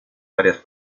varias